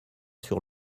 sur